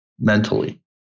mentally